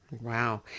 Wow